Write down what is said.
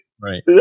Right